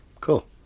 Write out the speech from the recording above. Cool